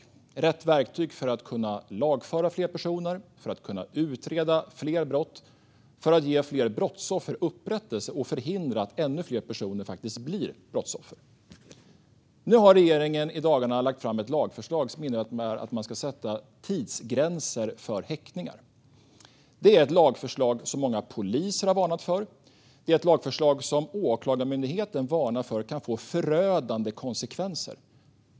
Det handlar om rätt verktyg för att kunna lagföra fler personer, för att kunna utreda fler brott, för att ge fler brottsoffer upprättelse och för att förhindra att ännu fler personer blir brottsoffer. Nu har regeringen i dagarna lagt fram ett lagförslag som innebär att man ska sätta tidsgränser för häktningar. Det är ett lagförslag som många poliser har varnat för. Det är ett lagförslag som Åklagarmyndigheten varnar för kan få förödande konsekvenser.